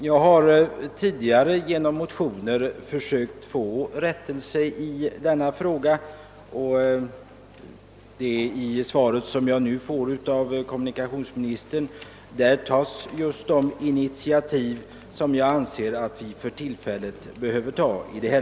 Jag har tidigare motionsledes försökt åvägabringa rättelse i den fråga det här gäller, och i det svar jag nu fått säger statsrådet att de initiativ nu har tagits som jag anser att vi bör ta här i landet.